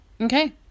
Okay